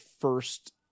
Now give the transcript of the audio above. first